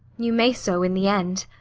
you may so in the end.